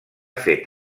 fet